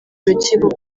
urukiko